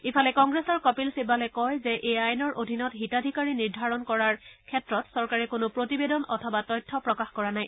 ইফালে কংগ্ৰেছৰ কপিল শিববালে কয় যে এই আইনৰ অধীনৰ হিতাধিকাৰী নিৰ্ধাৰণ কৰাৰ ক্ষেত্ৰত চৰকাৰে কোনো প্ৰতিবেদন অথবা তথ্য প্ৰকাশ কৰা নাই